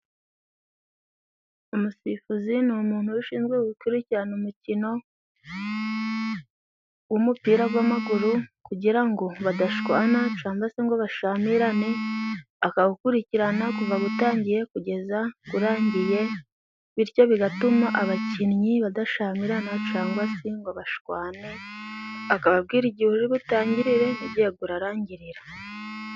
Umusifuzi ni umuntu uba ushinzwe gukurikirana umukino w'umupira gw'amaguru, kugira ngo badashwana cangwa se ngo bashamirane. Akawukurikirana kuva gutangiye kugeza gurangiye, bityo bigatuma abakinnyi badashamirana cyangwa se ngo bashwane. Akababwira igihe uri butangirire n'igihe gurarangirira.